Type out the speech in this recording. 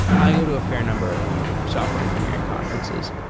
i go to a fair number of software engineering conferences.